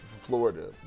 Florida